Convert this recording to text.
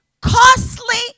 costly